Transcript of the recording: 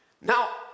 Now